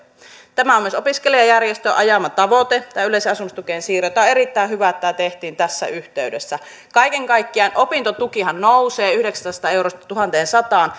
tukea on myös opiskelijajärjestön ajama tavoite että yleiseen asumistukeen siirrytään on erittäin hyvä että tämä tehtiin tässä yhteydessä kaiken kaikkiaan opintotukihan nousee yhdeksästäsadasta eurosta tuhanteensataan